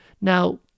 Now